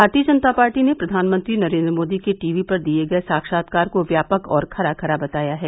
भारतीय जनता पार्टी ने प्रधानमंत्री नरेन्द्र मोदी के टी वी पर दिये गये साक्षात्कार को व्यापक और खरा खरा बताया है